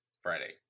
Friday